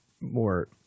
more –